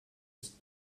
ist